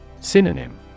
Synonym